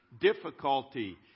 difficulty